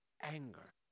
anger